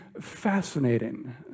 fascinating